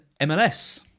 MLS